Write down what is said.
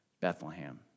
Bethlehem